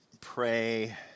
pray